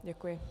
Děkuji.